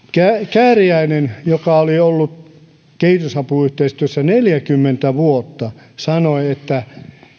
kääriäinen joka oli ollut kehitysapuyhteistyössä neljäkymmentä vuotta sanoi että